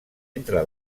entre